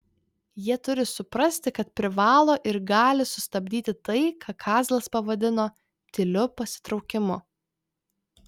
jie turi suprasti kad privalo ir gali sustabdyti tai ką kazlas pavadino tyliu pasitraukimu